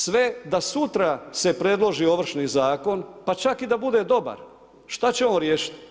Sve da sutra se predloži Ovršni zakon pa čak i da bude dobar, šta će on riješiti?